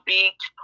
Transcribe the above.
Beach